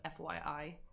FYI